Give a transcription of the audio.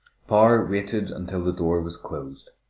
power waited until the door was closed.